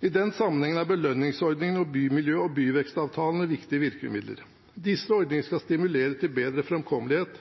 I den sammenheng er belønningsordningene og bymiljø- og byvekstavtalene viktige virkemidler. Disse ordningene skal stimulere til bedre framkommelighet,